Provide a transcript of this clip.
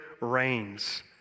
reigns